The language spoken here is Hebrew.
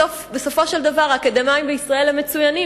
בסופו של דבר האקדמאים בישראל הם מצוינים,